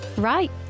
Right